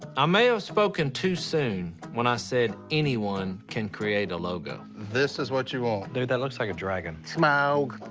i may have spoken too soon when i said anyone can create a logo. this is what you want. dude, that looks like a dragon. smaug!